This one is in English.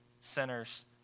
sinners